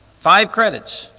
five credits,